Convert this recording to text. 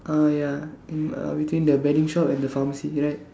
uh ya in between the betting shop and the pharmacy right